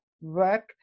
work